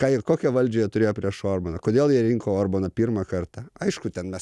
ką ir kokią valdžią jie turėjo prieš orbaną kodėl jie rinko orbaną pirmą kartą aišku ten mes